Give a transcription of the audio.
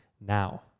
now